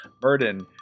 Burden